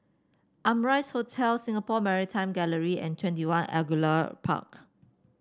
Amrise Hotel Singapore Maritime Gallery and Twenty One Angullia Park